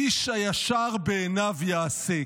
איש הישר בעיניו יעשה".